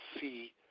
see